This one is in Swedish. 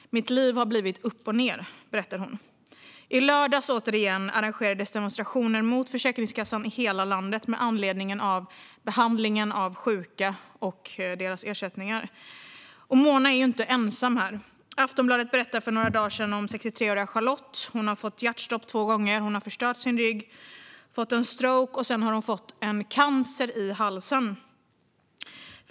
Mitt liv har blivit upp och ned, berättar hon. I lördags arrangerades återigen demonstrationer mot Försäkringskassan i hela landet med anledning av behandlingen av sjuka och deras ersättningar. För Mona är inte ensam. Aftonbladet berättade för några dagar sedan om 63-åriga Charlotte. Hon har fått hjärtstopp två gånger, förstört sin rygg, fått en stroke och sedan fått cancer i halsen.